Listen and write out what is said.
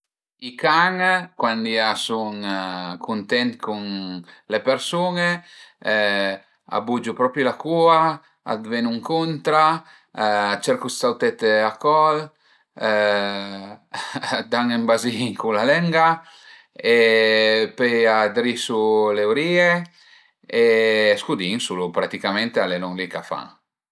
I can cuandi a sun cuntent cun le persun-e a bugiu propi la cua, a të venu ëncuntra, a cercu dë sautete a col a dan ën bazin cun la lenga e pöi a drisu le urìe e scudinsulu, praticament a le lon li ch'a fan